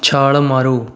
ਛਾਲ ਮਾਰੋ